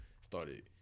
Started